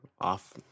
off